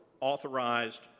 authorized